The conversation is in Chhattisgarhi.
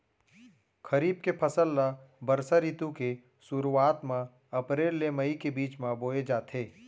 खरीफ के फसल ला बरसा रितु के सुरुवात मा अप्रेल ले मई के बीच मा बोए जाथे